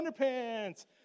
underpants